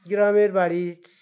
গ্রামের বাড়ির